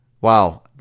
Wow